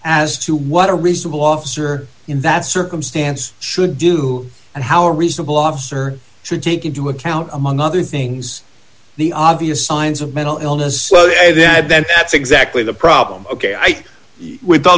as to what a reasonable officer in that circumstance should do and how reasonable officer should take into account among other things the obvious signs of mental illness then that's exactly the problem ok i with all